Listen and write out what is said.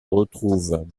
retrouvent